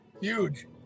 huge